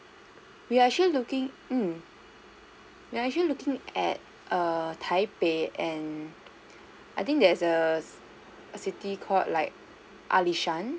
we are actually looking mm we are actually looking at err taipei and I think there's a a city called like alishan